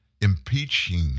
Impeaching